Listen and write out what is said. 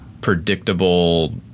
predictable